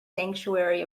sanctuary